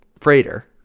freighter